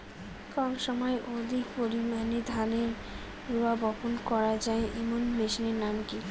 কম সময়ে অধিক পরিমাণে ধানের রোয়া বপন করা য়ায় এমন মেশিনের নাম কি?